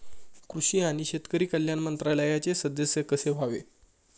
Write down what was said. कृषी आणि शेतकरी कल्याण मंत्रालयाचे सदस्य कसे व्हावे?